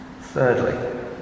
Thirdly